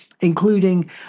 including